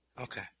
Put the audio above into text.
Okay